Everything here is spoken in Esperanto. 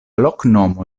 loknomo